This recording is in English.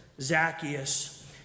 Zacchaeus